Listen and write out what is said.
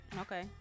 okay